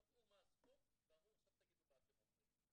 קבעו מה הסכום ואמרו עכשיו תגידו מה אתם אומרים.